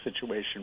situation